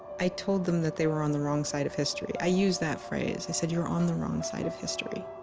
i told them that they were on the wrong side of history i used that phrase, i said you're on the wrong side of history